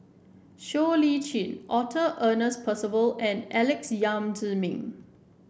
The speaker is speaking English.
Siow Lee Chin Arthur Ernest Percival and Alex Yam Ziming